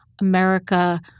America